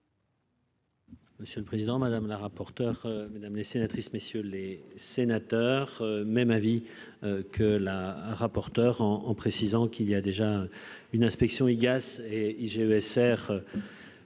Monsieur le président, madame la rapporteure mesdames les sénatrices, messieurs les sénateurs, même avis que la rapporteur en en précisant qu'il y a déjà une inspection IGAS et j'ai